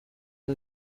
جون